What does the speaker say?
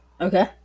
Okay